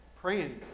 praying